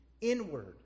inward